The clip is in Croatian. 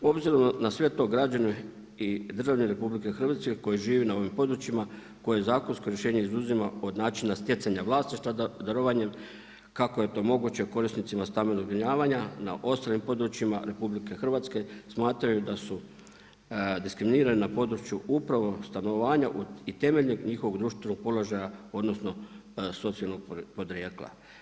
Obzirom na sve to, građani i državljani RH koji žive na ovim područjima, koje zakonsko rješenje izuzima od načina sjecanja vlasništva darovanjem kako je to moguće korisnicima stambenog zbrinjavanja na ostalim područjima RH, smatraju da su diskriminirani na području upravo stanovanja i temeljem njihovo društvenog položaja odnosno socijalnog podrijetla.